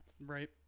right